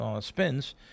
spins